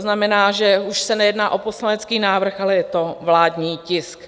To znamená, že už se nejedná o poslanecký návrh, ale je to vládní tisk.